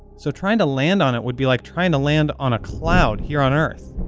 so trying to land on it would be like trying to land on a cloud here on earth.